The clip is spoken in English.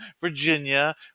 Virginia